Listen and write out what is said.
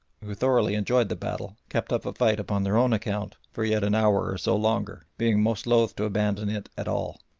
who thoroughly enjoyed the battle, kept up a fight upon their own account for yet an hour or so longer, being most loath to abandon it at all.